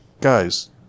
guys